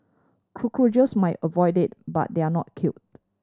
cockroaches may avoid it but they are not killed